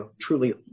truly